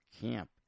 Camp